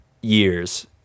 years